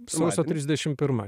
sausio trisdešim pirma